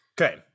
okay